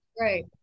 Right